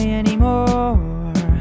anymore